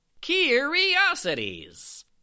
Curiosities